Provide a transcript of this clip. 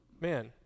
man